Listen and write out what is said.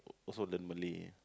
why so learn Malay